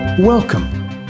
Welcome